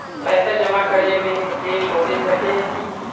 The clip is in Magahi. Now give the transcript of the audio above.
पैसा जमा करे में लेट होबे सके है की?